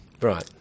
Right